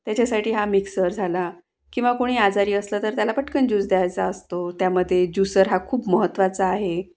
त्याच्यासाठी हा मिक्सर झाला किंवा कुणी आजारी असलं तर त्याला पटकन ज्यूस द्यायचा असतो त्यामध्ये ज्युसर हा खूप महत्त्वाचा आहे